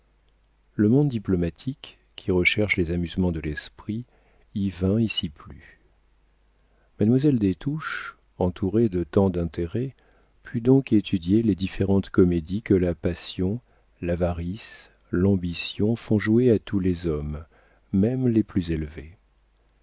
le monde diplomatique qui recherche les amusements de l'esprit y vint et s'y plut mademoiselle des touches entourée de tant d'intérêts put donc étudier les différentes comédies que la passion l'avarice l'ambition font jouer à tous les hommes même les plus élevés